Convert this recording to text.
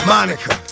Monica